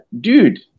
Dude